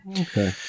Okay